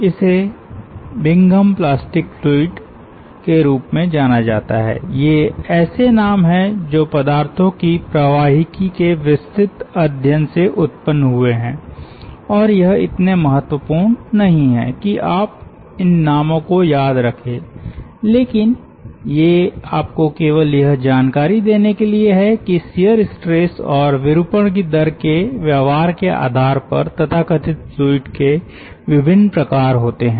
इसे Bingham plastic fluid के रूप में जाना जाता है ये ऐसे नाम हैं जो पदार्थों की प्रवाहिकी के विस्तृत अध्ययन से उत्पन्न हुए हैं और यह इतने महत्वपूर्ण नहीं है कि आप इन नामों को याद रखे लेकिन ये आपको केवल यह जानकारी देने के लिए हैं कि शियर स्ट्रेस और विरूपण की दर के व्यवहार के आधार पर तथाकथित फ्लूइड के विभिन्न प्रकार होते हैं